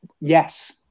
Yes